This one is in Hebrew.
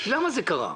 למה זה קרה?